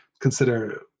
consider